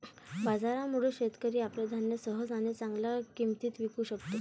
बाजारामुळे, शेतकरी आपले धान्य सहज आणि चांगल्या किंमतीत विकू शकतो